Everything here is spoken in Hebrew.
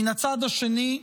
מן הצד השני,